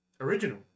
original